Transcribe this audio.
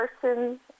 person